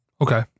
Okay